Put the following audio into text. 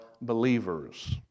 believers